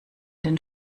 den